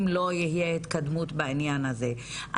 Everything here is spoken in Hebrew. אם לא תהיה התקדמות בעניין הזה.